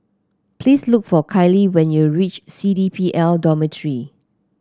please look for Kailee when you reach C D P L Dormitory